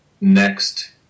next